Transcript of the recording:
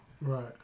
Right